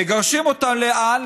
מגרשים אותן לאן?